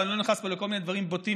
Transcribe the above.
ואני לא נכנס פה לכל מיני דברים בוטים